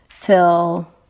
till